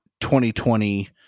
2020